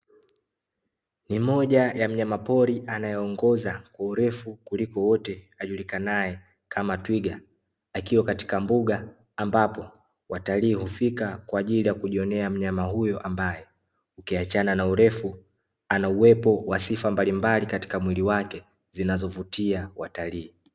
Ni moja ya mnyamapori anayeongoza kwa urefu kuliko wote, ajulikanaye kama twiga, akiwa katika mbuga ambapo watalii hufika kwa ajili ya kujionea mnyama huyo ambaye ukiachana na urefu ana uwepo wa sifa mbalimbali katika mwili wake, zinazovutia watalii.